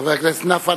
חבר הכנסת נפאע,